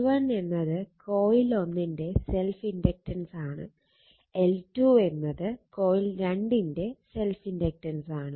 L1 എന്നത് coil 1 ന്റെ self ഇൻഡക്ടൻസാണ് L2 എന്നത് കോയിൽ 2 ന്റെ സെൽഫ് ഇൻഡക്ടൻസാണ്